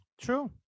true